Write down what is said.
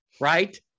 right